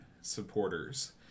supporters